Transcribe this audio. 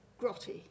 grotty